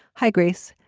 hi, grace.